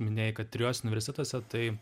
minėjai kad trijuose universitetuose tai